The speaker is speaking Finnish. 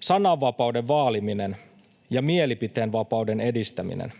sananvapauden vaaliminen ja mielipiteenvapauden edistäminen.